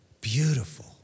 Beautiful